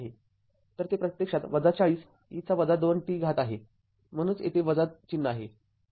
तर ते प्रत्यक्षात ४० e २t आहे म्हणूनच येथे चिन्ह आहे